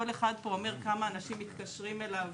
כל אחד פה אומר כמה אנשים מתקשרים אליו